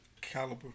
caliber